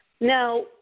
Now